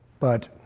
but